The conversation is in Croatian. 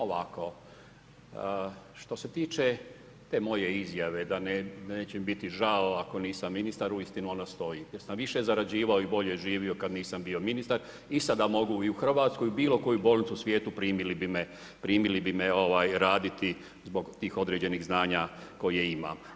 Ovako, što se tiče te moje izjave da neće mi biti žao ako nisam ministar uistinu ono stoji jer sam više zarađivao i bolje živio kad nisam bio ministar i sada mogu i u Hrvatskoj i u bilokojoj u bolnici u svijetu, primili bi me raditi zbog tih određenih znanja koje imam.